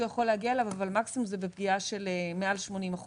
יכול להגיע אליו אבל מקסימום זה בפגיעה של יותר מ-80%